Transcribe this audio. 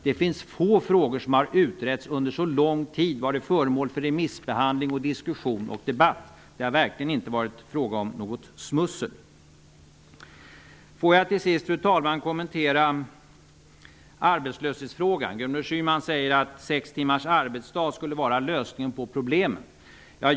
Det finns få frågor som har utretts under så lång tid. Den har varit föremål för remissbehandling, diskussion och debatt. Det har verkligen inte varit fråga om något smussel. Fru talman! Låt mig till sist kommentera arbetslöshetsfrågan. Gudrun Schyman säger att sex timmars arbetsdag skulle vara lösningen på problemen.